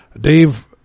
Dave